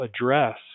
address